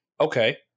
Okay